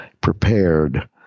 prepared